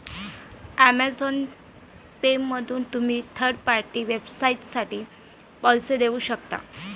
Amazon पेमधून तुम्ही third party वेबसाइटसाठी पैसे देऊ शकता